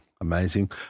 Amazing